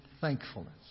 thankfulness